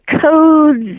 codes